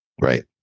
Right